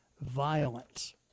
violence